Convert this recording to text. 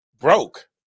broke